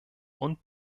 und